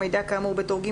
כמפורט בטור א'